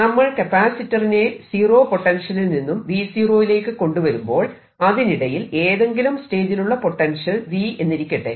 നമ്മൾ കപ്പാസിറ്ററിനെ സീറോ പൊട്ടൻഷ്യലിൽ നിന്നും V0 യിലേക്ക് കൊണ്ടുവരുമ്പോൾ അതിനിടയിൽ ഏതെങ്കിലും സ്റ്റേജിലുള്ള പൊട്ടൻഷ്യൽ V എന്നിരിക്കട്ടെ